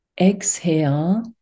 exhale